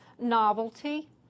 Novelty